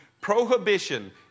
prohibition